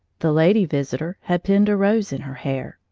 the lady visitor had pinned a rose in her hair,